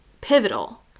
pivotal